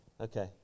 Okay